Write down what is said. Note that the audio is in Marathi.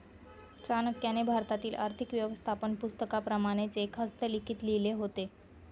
चाणक्याने भारतातील आर्थिक व्यवस्थापन पुस्तकाप्रमाणेच एक हस्तलिखित लिहिले होते